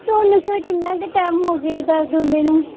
ਤੁਹਾਨੂੰ ਸਰ ਕਿੰਨਾ ਕੁ ਟੈਮ ਹੋ ਗਈ ਦਰਦ ਹੁੰਦੇ ਨੂੰ